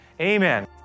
Amen